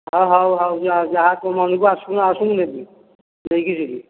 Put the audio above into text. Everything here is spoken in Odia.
ହଁ ହଉ ହଉ ଯାହା ତୋ ମନକୁ ଆସୁ କି ନ ଆସୁ ମୁଁ ନେବି ନେଇକି ଯିବି